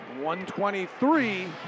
123